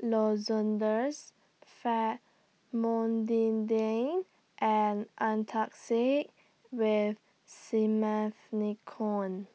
Famotidine and Antacid with Simethicone